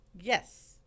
yes